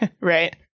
Right